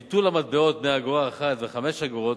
ביטול המטבעות בני אגורה אחת ו-5 אגורות